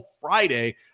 Friday